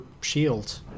shield